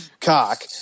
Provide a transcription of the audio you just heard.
cock